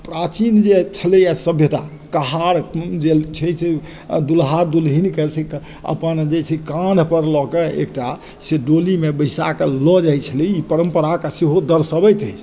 प्राचीन जे छलइए सभ्यता कहार जे छै से दुल्हा दुल्हिनके अपन जे छै काँधपर लऽके एकटा से डोलीमे बैसाके लए जाइ छलै ई परम्पराके सेहो दर्शाबैत अछि